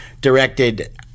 directed